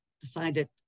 decided